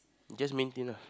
you just maintain ah